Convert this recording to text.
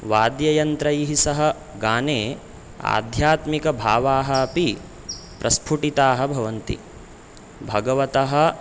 वाद्ययन्त्रैः सह गाने आध्यात्मिकभावाः अपि प्रस्पुटिताः भवन्ति भगवतः